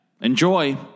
Enjoy